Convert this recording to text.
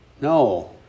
no